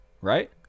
Right